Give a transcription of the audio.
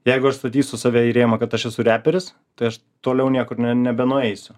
jeigu aš statysiu save į rėmą kad aš esu reperis tai aš toliau niekur nebenueisiu